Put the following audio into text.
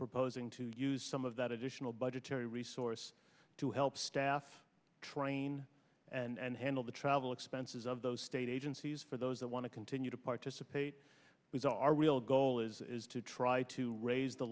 proposing to use some of that addition budgetary resource to help staff train and handle the travel expenses of those state agencies for those that want to continue to participate was our real goal is to try to raise the